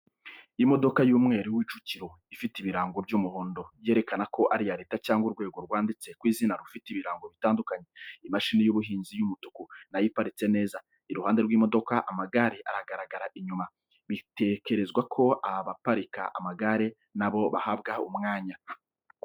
Imodoka y’umweru w'icukiro. Ifite ibiringo by’umuhondo yerekana ko ari iya Leta cyangwa urwego rwanditse ku izina rufite ibirango bitandukanye. Imashini y'ubuhinzi y’umutuku na yo iparitse neza, iruhande rw’imodoka, Amagare agaragara inyuma, bitekerezwa ko abaparika amagare na bo bahabwa umwanya.